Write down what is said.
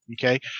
Okay